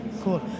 cool